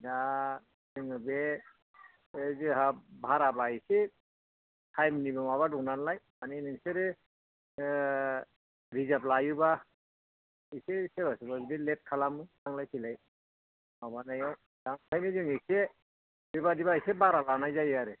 दा जोङो बे जोंहा भाराबा एसे टाइम नि माबा दङ नालाय माने नोंसोरो रिजार्भ लायोबा एसे सोरबा सोरबा बिदिनो लेट खालामो थांलाय फैलाय माबानायाव दा ओंखायनो जों एसे बे बायदिबा बारा लानाय जायो आरो